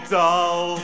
dull